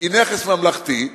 הוא נכס ממלכתי,